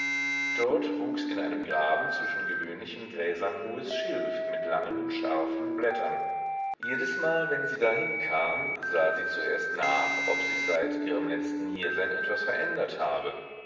dort wuchs in einem graben zwischen gewöhnlichen gräsern hohes schilf mit langen scharfen blättern jedesmal wenn sie dahin kam sah sie zuerst nach ob sich seit ihrem letzten hiersein etwas verändert habe